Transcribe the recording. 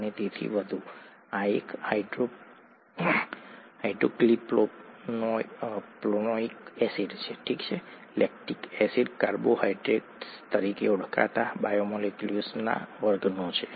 અને તેથી આ એક હાઇડ્રોક્સીપ્રોપેનોઇક એસિડ છે લેક્ટિક એસિડ કાર્બોહાઇડ્રેટ્સ તરીકે ઓળખાતા બાયોમોલેક્યુલ્સના વર્ગનો છે